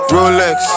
Rolex